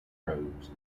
roads